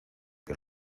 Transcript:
que